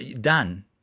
done